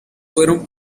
fueron